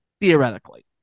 theoretically